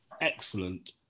excellent